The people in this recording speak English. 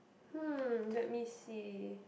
hmm let me see